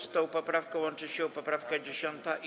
Z tą poprawką łączy się poprawka 10.